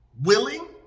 willing